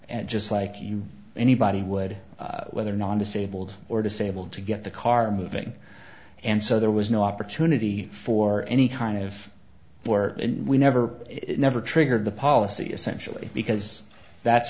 and just like you anybody would whether non disabled or disabled to get the car moving and so there was no opportunity for any kind of work and we never never triggered the policy essentially because that's